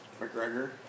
McGregor